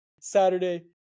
Saturday